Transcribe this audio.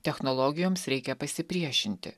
technologijoms reikia pasipriešinti